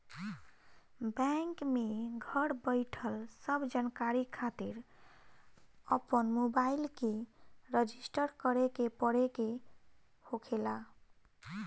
bank में घर बईठल सब जानकारी खातिर अपन मोबाईल के रजिस्टर करे के पड़े के होखेला